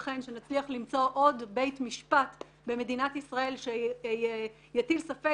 חן שנצליח למצוא עוד בית משפט במדינת ישראל שיטיל ספק